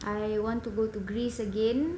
I want to go to greece again